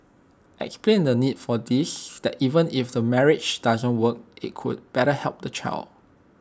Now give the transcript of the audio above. explain the need for this that even if the marriage doesn't work IT could better help the child